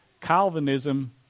Calvinism